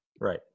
right